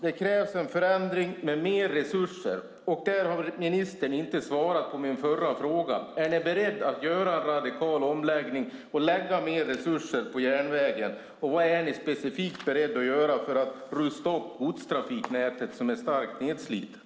Det krävs en förändring med mer resurser, och där har ministern inte svarat på min förra fråga: Är ni beredda att göra en radikal omläggning och lägga mer resurser på järnvägen? Vad är ni specifikt beredda att göra för att rusta upp godstrafiknätet som är starkt nedslitet?